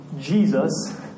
Jesus